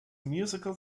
musical